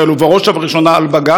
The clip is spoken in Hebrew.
ובראש ובראשונה על בג"ץ,